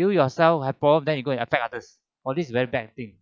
you yourself have problem then you go and affect others all this very bad thing